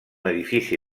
edifici